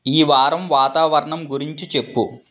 ఈ వారం వాతావరణం గురించి చెప్పు